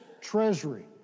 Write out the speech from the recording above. treasury